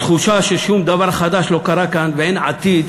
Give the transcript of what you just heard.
התחושה ששום דבר חדש לא קרה כאן ואין עתיד